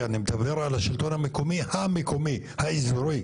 המופקדת והמפורסמת.